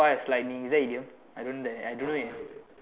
as lightning is that idiom I don't dare I don't know eh